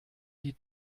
die